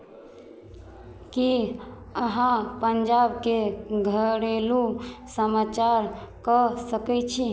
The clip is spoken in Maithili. की अहाँ पंजाबके घरेलू समाचार कऽ सकैत छी